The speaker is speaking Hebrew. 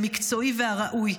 המקצועי והראוי.